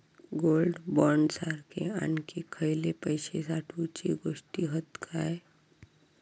Gold bond सारखे आणखी खयले पैशे साठवूचे गोष्टी हत काय?